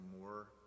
more